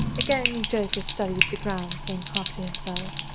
again joseph studied the ground, saying, half to himself,